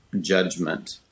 judgment